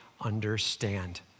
understand